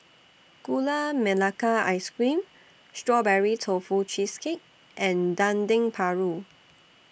Gula Melaka Ice Cream Strawberry Tofu Cheesecake and Dendeng Paru